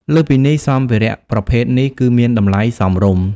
លើសពីនេះ សម្ភារៈប្រភេទនេះគឺ មានតម្លៃសមរម្យ។